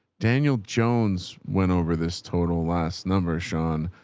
daniel jones went over this total last number, sean,